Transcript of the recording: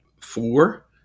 Four